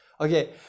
okay